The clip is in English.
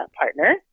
partner